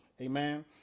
Amen